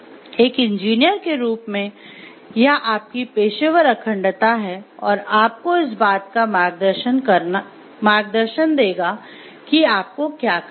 एक इंजीनियर के रूप में यह आपकी पेशेवर अखंडता है और आपको इस बात का मार्गदर्शन देगा कि आपको क्या करना है